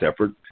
effort